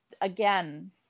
again